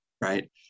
Right